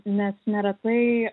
nes neretai